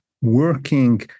working